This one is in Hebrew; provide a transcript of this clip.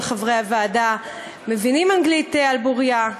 חברי הוועדה מבינים אנגלית על בורייה,